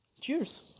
cheers